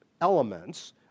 elements